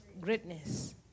greatness